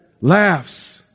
laughs